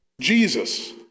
Jesus